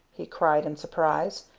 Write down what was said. he cried in surprise.